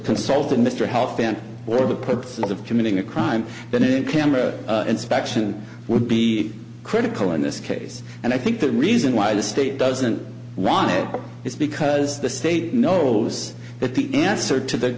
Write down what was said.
consulted mr hoffa and for the purpose of committing a crime that in camera inspection would be critical in this case and i think the reason why the state doesn't want it is because the state knows that the answer to the